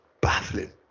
baffling